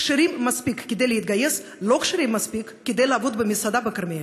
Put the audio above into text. כשרים מספיק להתגייס ולא כשרים מספיק לעבוד במסעדה בכרמיאל.